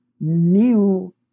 new